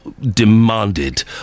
demanded